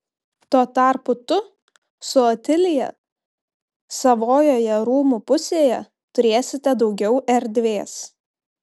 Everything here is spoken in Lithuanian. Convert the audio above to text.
tuo tarpu tu su otilija savojoje rūmų pusėje turėsite daugiau erdvės